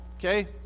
Okay